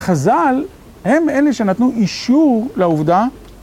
חז"ל הם אלה שנתנו אישור לעובדה